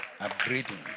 upgrading